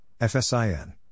FSIN